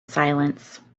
silence